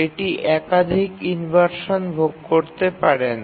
এটি একাধিক ইনভারশান ভোগ করতে পারে না